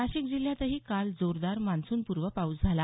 नाशिक जिल्ह्यातही काल जोरदार मान्सूनपूर्व पाऊस झाला